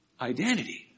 identity